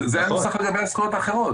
זה הנוסח לגבי הזכויות האחרות.